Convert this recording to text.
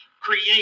create